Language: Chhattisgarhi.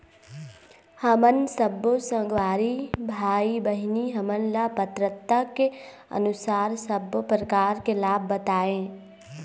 हमन सब्बो संगवारी भाई बहिनी हमन ला पात्रता के अनुसार सब्बो प्रकार के लाभ बताए?